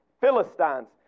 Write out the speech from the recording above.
Philistines